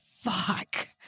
fuck